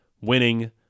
winning